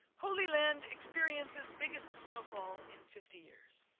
holy land experiences biggest snowfall in fifty years.